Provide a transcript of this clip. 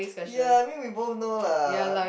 ya I mean we both know lah